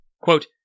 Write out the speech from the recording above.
Quote